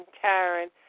Karen